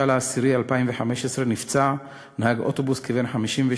ב-26 באוקטובר 2015 נפצע נהג אוטובוס כבן 52